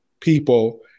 people